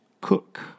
Cook